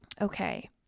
Okay